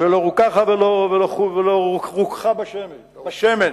"ולא רככה בשֶמֶן".